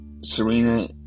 Serena